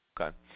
Okay